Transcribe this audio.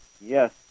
Yes